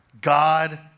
God